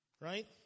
Right